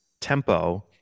tempo